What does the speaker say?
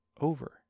over